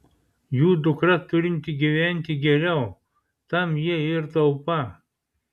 jų dukra turinti gyventi geriau tam jie ir taupą